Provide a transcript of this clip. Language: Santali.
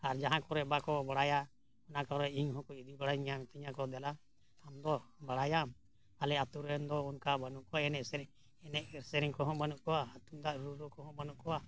ᱟᱨ ᱡᱟᱦᱟᱸ ᱠᱚᱨᱮᱜ ᱵᱟᱠᱚ ᱵᱟᱲᱟᱭᱟ ᱚᱱᱟ ᱠᱚᱨᱮ ᱤᱧ ᱦᱚᱸᱠᱚ ᱤᱫᱤ ᱵᱟᱲᱟᱧ ᱠᱟᱱ ᱛᱟᱦᱮᱱᱟ ᱤᱧᱦᱚᱠᱚ ᱢᱤᱛᱟᱹᱧᱟ ᱫᱮᱞᱟ ᱟᱢᱫᱚ ᱵᱟᱲᱟᱭᱟᱢ ᱟᱞᱮᱭᱟᱜ ᱟᱛᱳ ᱨᱮᱱᱫᱚ ᱚᱱᱠᱟ ᱵᱟᱹᱱᱩᱜ ᱠᱚᱣᱟ ᱮᱱᱮᱡ ᱥᱮᱨᱮᱧ ᱮᱱᱮᱡ ᱥᱮᱨᱮᱧ ᱠᱚᱦᱚᱸ ᱵᱟᱹᱱᱩᱜ ᱠᱚᱣᱟ ᱛᱩᱢᱫᱟᱜ ᱟᱹᱛᱩ ᱫᱟᱜ ᱨᱩ ᱨᱩ ᱠᱚᱦᱚᱸ ᱵᱟᱹᱱᱩᱜ ᱠᱚᱣᱟ